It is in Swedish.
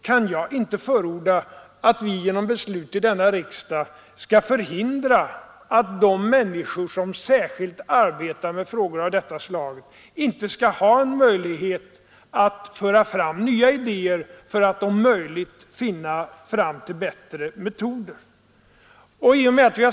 Jag kan inte förorda att vi genom beslut i riksdagen hindrar de människor som särskilt arbetar med frågor av detta slag att föra fram nya idéer för att om möjligt finna bättre metoder.